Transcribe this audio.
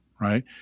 right